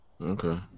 Okay